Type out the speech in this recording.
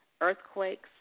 Earthquakes